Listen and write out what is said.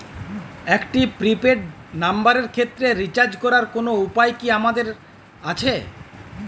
একটি prepaid নম্বরের ক্ষেত্রে রিচার্জ করার কোনো উপায় কি আমাদের আছে?